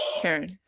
Karen